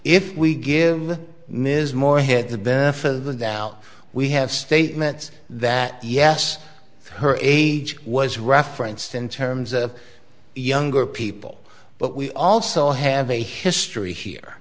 f we give ms morehead the benefit of the doubt we have statements that yes her age was referenced in terms of younger people but we also have a history here